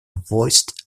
voiced